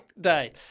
day